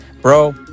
Bro